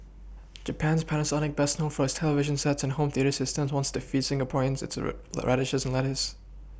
Japan's Panasonic best known for its television sets and home theatre systems wants to feed Singaporeans its re radishes and lettuce